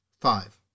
Five